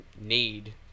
need